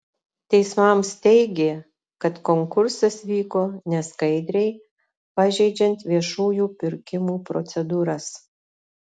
teismams teigė kad konkursas vyko neskaidriai pažeidžiant viešųjų pirkimų procedūras